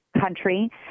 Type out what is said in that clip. country